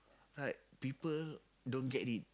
right people don't get it